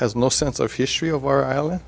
has no sense of history of our island